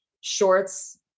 shorts